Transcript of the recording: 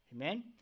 Amen